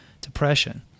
depression